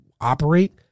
operate